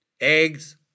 Eggs